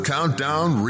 Countdown